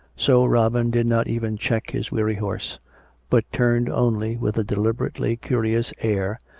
so robin did not even check his weary horse but turned only, with a deliberately curious air,